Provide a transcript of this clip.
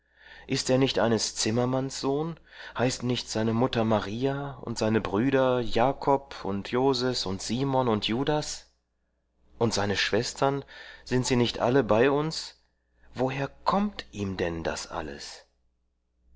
ist er nicht eines zimmermann's sohn heißt nicht seine mutter maria und seine brüder jakob und joses und simon und judas und seine schwestern sind sie nicht alle bei uns woher kommt ihm denn das alles